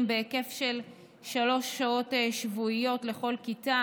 בהיקף של שלוש שעות שבועיות לכל כיתה.